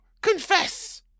confess